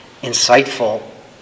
insightful